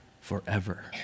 forever